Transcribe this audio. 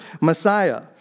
Messiah